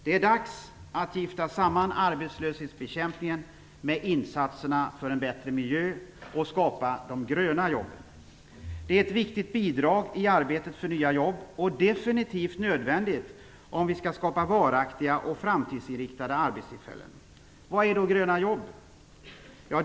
Det är dags att gifta samman arbetslöshetsbekämpningen med insatserna för en bättre miljö och att skapa de gröna jobben. Det är ett viktigt bidrag i arbetet för nya jobb och definitivt nödvändigt om vi skall skapa varaktiga och framtidsinriktade arbetstillfällen. Vad är då gröna jobb?